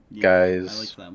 guys